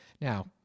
now